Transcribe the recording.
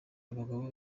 abagabo